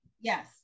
yes